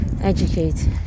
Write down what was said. educate